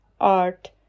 art